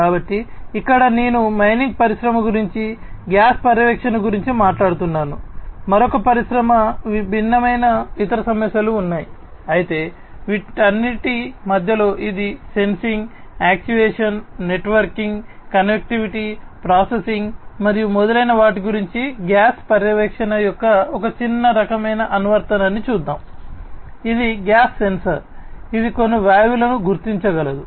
కాబట్టి ఇక్కడ నేను మైనింగ్ పరిశ్రమ గురించి గ్యాస్ పర్యవేక్షణ గురించి మాట్లాడుతున్నాను మరొక పరిశ్రమకు భిన్నమైన ఇతర సమస్యలు ఉన్నాయి అయితే వీటన్నిటి మధ్యలో ఇది సెన్సింగ్ యాక్చుయేషన్ ఇది కొన్ని వాయువులను గుర్తించగలదు